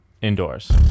indoors